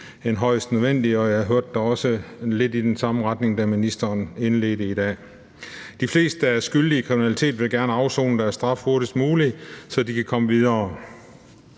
end højst nødvendigt, og jeg hørte da også noget, som gik lidt i den samme retning, da ministeren indledte i dag. De fleste, der er skyldige i kriminalitet, vil gerne afsone deres straf hurtigst muligt, så de kan komme videre.